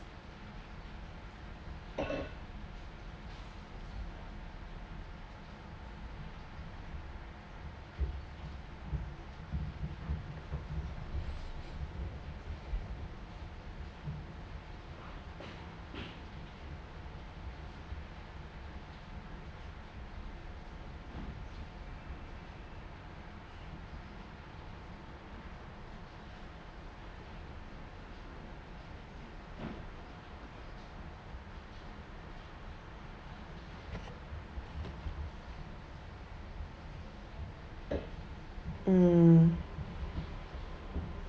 mm